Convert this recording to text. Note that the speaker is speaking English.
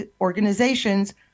organizations